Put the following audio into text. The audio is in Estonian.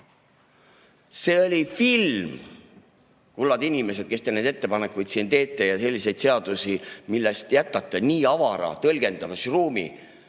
See oli film, kulla inimesed, kes te neid ettepanekuid siin teete ja selliseid seadusi, milles jätate nii avara tõlgendamisruumi.